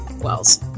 Wells